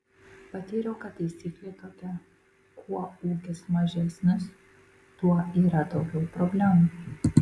patyriau kad taisyklė tokia kuo ūkis mažesnis tuo yra daugiau problemų